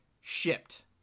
shipped